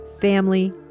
family